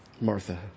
Martha